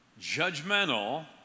judgmental